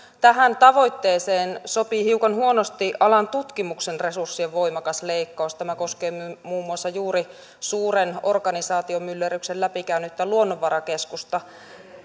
tähän tavoitteeseen sopii hiukan huonosti alan tutkimuksen resurssien voimakas leikkaus tämä koskee muun muassa juuri suuren organisaatiomyllerryksen läpi käynyttä luonnonvarakeskusta